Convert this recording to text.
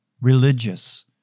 religious